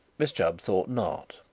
miss chubb thought not.